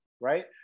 right